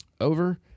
over